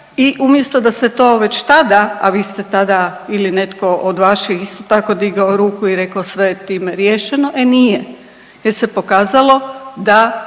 i umjesto da se to već tada, a vi ste tada ili netko od vaših, isto tako digao ruku i rekao, sve je time riješeno, e nije jer se pokazalo da